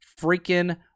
freaking